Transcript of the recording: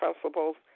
principles